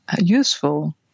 useful